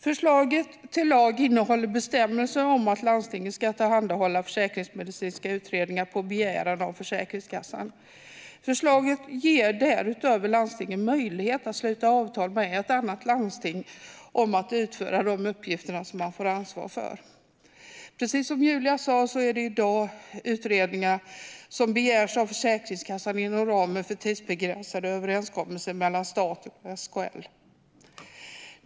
Förslaget till lag innehåller bestämmelser om att landstinget ska tillhandahålla försäkringsmedicinska utredningar på begäran av Försäkringskassan. Förslaget ger därutöver landstingen möjlighet att sluta avtal med ett annat landsting om att utföra de uppgifter man får ansvar för. Precis som Julia Kronlid sa utförs i dag utredningar som har begärts av Försäkringskassan inom ramen för tidsbegränsade överenskommelser mellan staten och SKL.